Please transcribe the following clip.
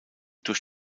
durch